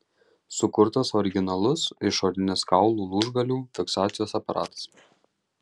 sukurtas originalus išorinės kaulų lūžgalių fiksacijos aparatas